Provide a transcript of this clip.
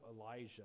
Elijah